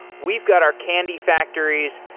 we've got our candy factories.